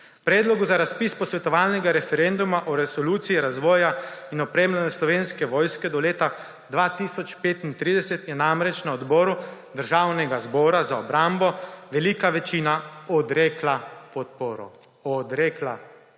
Predlogu za razpis posvetovalnega referenduma o resoluciji razvoja in opremljanja Slovenske vojske do leta 2035 je namreč na Odboru Državnega zbora za obrambo velika večina odrekla podporo. Odrekla podporo!